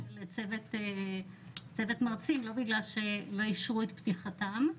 צוות מרצים ולא בגלל שלא אישרו את פתיחתם.